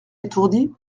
étourdi